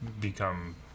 become